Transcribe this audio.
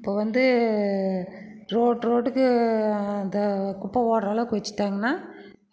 இப்போ வந்து ரோட் ரோட்டுக்கு அந்த குப்பை போடுகிற அளவுக்கு வச்சுட்டாங்கன்னா